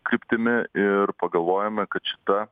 kryptimi ir pagalvojome kad šita